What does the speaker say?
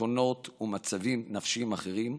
דיכאונות ומצבים נפשיים אחרים,